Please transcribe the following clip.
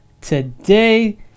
today